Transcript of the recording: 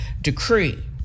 decree